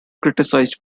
criticized